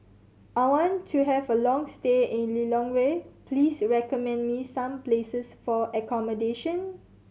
I want to have a long stay in Lilongwe please recommend me some places for accommodation